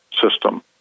system